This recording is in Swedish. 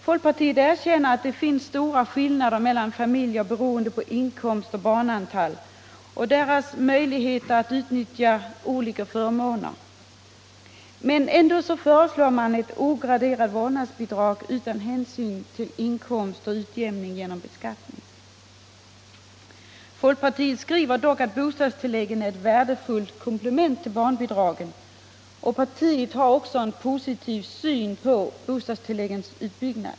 Folkpartiet erkänner att det finns stora skillnader mellan familjer, beroende på inkomst och barnantal, och deras möjligheter att utnyttja olika förmåner, men ändå föreslår man ett ograderat vårdnadsbidrag utan hänsyn till inkomst och utjämning genom beskattning. Folkpartiet skriver dock att bostadstilläggen är ett värdefullt komplement till barnbidragen, och partiet har också en positiv syn på frågan om en förbättring av bostadstilläggen.